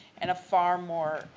and a far more